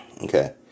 Okay